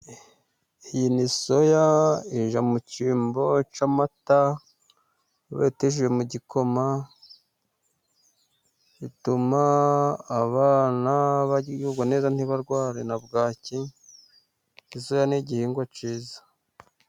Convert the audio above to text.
Iyi ni soya ijya mu cyimbo cy'amata. Iyo wabeteje mu gikoma ituma abana bagubwa neza ntibarware na bwaki . Soya ni igihingwa cyiza.